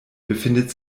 befindet